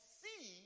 see